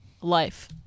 life